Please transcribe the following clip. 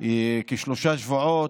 כשלושה שבועות.